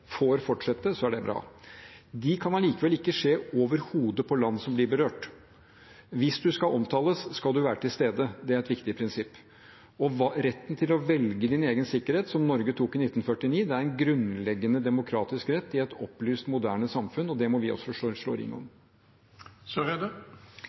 er det bra. De kan allikevel ikke skje over hodet på land som blir berørt. Hvis man skal omtales, skal man være til stede. Det er et viktig prinsipp. Og retten til å velge sin egen sikkerhet, som Norge gjorde i 1949, er en grunnleggende demokratisk rett i et opplyst moderne samfunn, og det må vi også slå ring